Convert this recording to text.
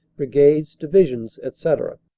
brigades, divisions, etc,